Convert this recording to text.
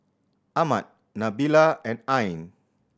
Ahmad Nabila and Ain